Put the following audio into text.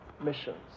missions